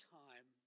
time